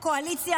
הקואליציה,